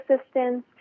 assistance